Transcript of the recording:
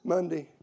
Monday